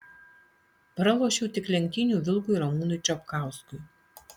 pralošiau tik lenktynių vilkui ramūnui čapkauskui